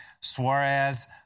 Suarez